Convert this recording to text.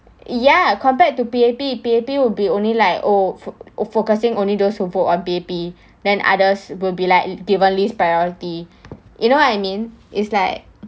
ya compared to P_A_P P_A_P will be only like oh oh focusing only those who vote on P_A_P then others will be like given least priority you know what I mean is like